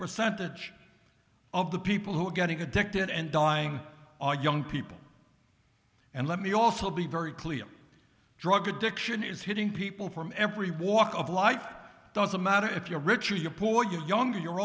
percentage of the people who are getting addicted and dying are young people and let me also be very clear drug addiction is hitting people from every walk of life doesn't matter if you're rich or you're poor you're younger you're